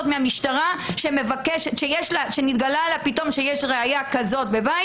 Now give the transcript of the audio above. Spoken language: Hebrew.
מהמשטרה כשמתגלה לה פתאום שיש ראיה בבית.